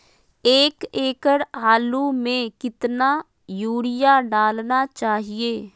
एक एकड़ आलु में कितना युरिया डालना चाहिए?